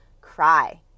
cry